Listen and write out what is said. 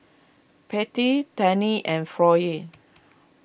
Pate Tandy and Floyd